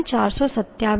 6 અને 427